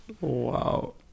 Wow